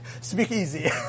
Speakeasy